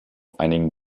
einigen